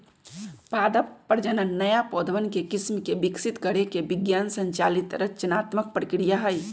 पादप प्रजनन नया पौधवन के किस्म के विकसित करे के विज्ञान संचालित रचनात्मक प्रक्रिया हई